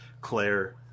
Claire